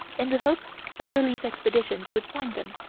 in the hope that relief expeditions would find them.